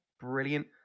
brilliant